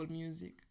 music